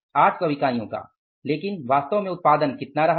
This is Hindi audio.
800 इकाइयाँ और लेकिन वास्तव में उत्पादन कितना रहा है